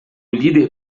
líder